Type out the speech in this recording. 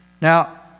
Now